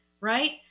right